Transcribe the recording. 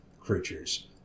creatures